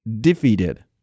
defeated